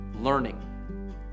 learning